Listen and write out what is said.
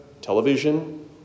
television